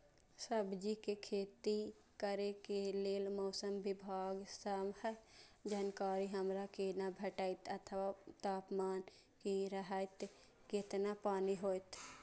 सब्जीके खेती करे के लेल मौसम विभाग सँ जानकारी हमरा केना भेटैत अथवा तापमान की रहैत केतना पानी होयत?